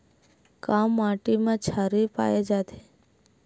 का माटी मा क्षारीय पाए जाथे?